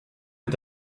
est